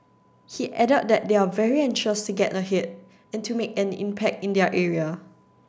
he added that they are very anxious to get ahead and to make an impact in their area